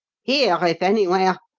here, if anywhere!